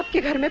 you